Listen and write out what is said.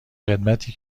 خدمتی